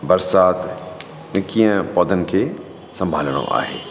बरसाति त कीअं पौधनि खे संभालिणो आहे